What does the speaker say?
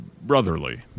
brotherly